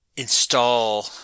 install